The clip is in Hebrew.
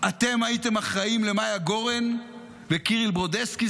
אתם הייתם אחראים למיה גורן וקיריל ברודסקי,